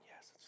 yes